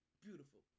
Beautiful